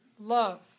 love